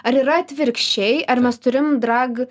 ar yra atvirkščiai ar mes turim drag